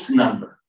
number